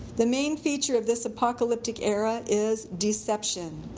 the main feature of this apocalyptic era is deception.